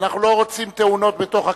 אנחנו לא רוצים תאונות בכנסת.